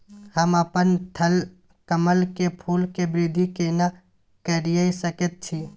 हम अपन थलकमल के फूल के वृद्धि केना करिये सकेत छी?